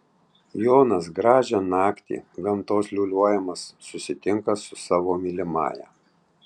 jonas gražią naktį gamtos liūliuojamas susitinka su savo mylimąja